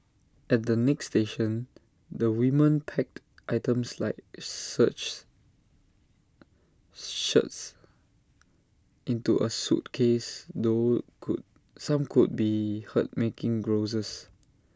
at the next station the women packed items like searches shirts into A suitcase though some could be heard making grouses